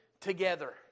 together